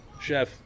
Chef